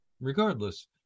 Regardless